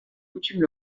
coutumes